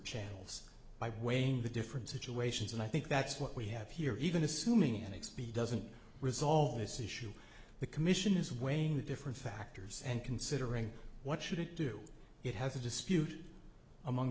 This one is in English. channels by weighing the different situations and i think that's what we have here even assuming an expedient resolve this issue the commission is weighing the different factors and considering what should it do it has a dispute among